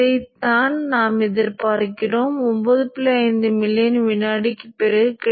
இது இரண்டாம் நிலை மின்னோட்டத்தின் பிரதிபலித்த பகுதியாகும்